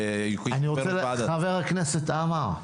חבר הכנסת עמאר,